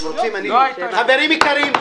חברים יקרים,